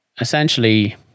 essentially